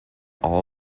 all